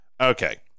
okay